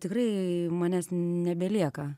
tikrai manęs nebelieka